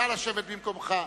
נא לשבת במקומך.